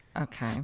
Okay